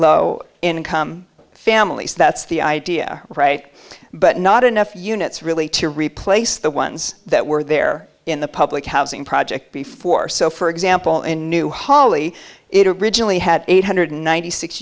low income families that's the idea right but not enough units really to replace the ones that were there in the public housing project before so for example in new holly it originally had eight hundred ninety six